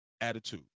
attitude